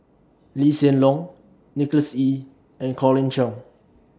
Lee Hsien Loong Nicholas Ee and Colin Cheong